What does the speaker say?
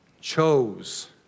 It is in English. chose